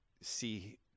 see